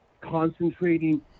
concentrating